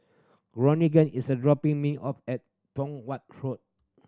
Georgeann is a dropping me off at Tong Watt Road